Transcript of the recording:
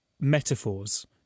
metaphors